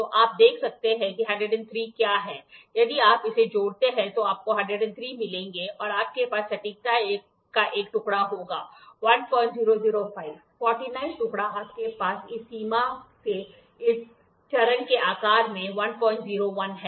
तो आप देख सकते हैं कि 103 क्या है यदि आप इसे जोड़ते हैं तो आपको 103 मिलेंगे और आपके पास सटीकता का एक टुकड़ा होगा 1005 49 टुकड़ा आपके पास इस सीमा से इस चरण के आकार में 101 है